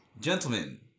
gentlemen